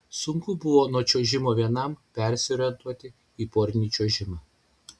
sunku buvo nuo čiuožimo vienam persiorientuoti į porinį čiuožimą